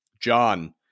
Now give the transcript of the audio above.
John